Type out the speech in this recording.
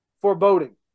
foreboding